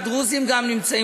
והדרוזים גם נמצאים,